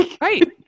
Right